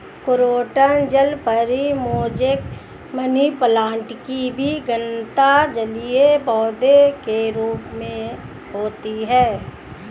croton जलपरी, mosaic, money plant की भी गणना जलीय पौधे के रूप में होती है